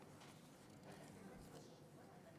בבקשה.